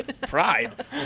Pride